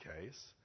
case